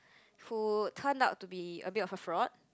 who turned up to be a bit of a fraud